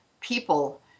people